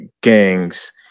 gangs